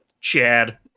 Chad